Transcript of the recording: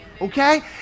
okay